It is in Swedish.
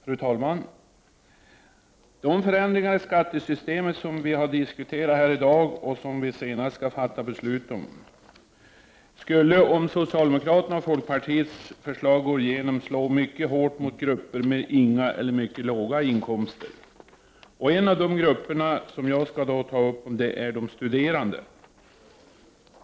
Fru talman! De förändringar i skattesystemet som vi har diskuterat här i dag och som vi senare skall fatta beslut om skulle, om socialdemokraternas och folkpartiets förslag går igenom, slå mycket hårt mot grupper med inga eller mycket låga inkomster. En av de grupper som jag skall ta upp utgörs av de studerande.